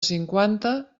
cinquanta